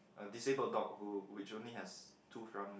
a disabled dog who which only has two front leg